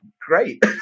great